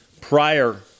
prior